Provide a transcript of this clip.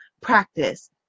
practice